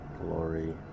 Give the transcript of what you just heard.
Glory